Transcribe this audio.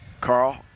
Carl